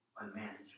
unmanageable